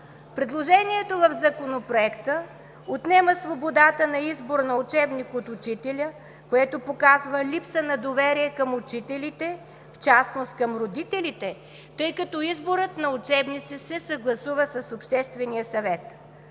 Предложението в Законопроекта отнема свободата на избор на учебник от учителя, което показва липса на доверие към учителите, в частност към родителите, тъй като изборът на учебници се съгласува с Обществения съвет.